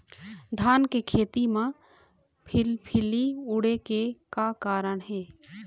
धान के खेती म फिलफिली उड़े के का कारण हे?